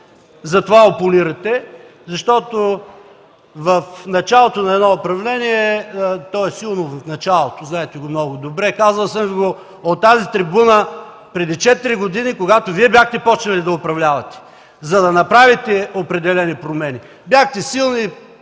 Затова опонирате. Защото едно управление е силно в началото – знаете го много добре, казвал съм Ви го от тази трибуна преди четири години, когато Вие започвахте да управлявате, за да направите определени промени. Бяхте силни